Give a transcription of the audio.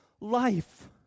life